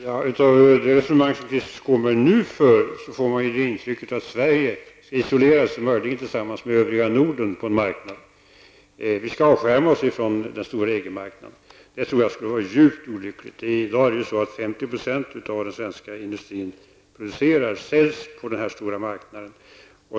Herr talman! Av det resonemang som Krister Skånberg nu för får man intrycket att Sverige skall isolera sig, möjligen tillsammans med övriga Norden, på en marknad. Vi skall, menar Krister Skånberg, avskärma oss från den stora EG marknaden. Det tror jag skulle vara djupt olyckligt. I dag säljs 50 % av vad den svenska industrin producerar på den stora marknaden.